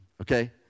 Okay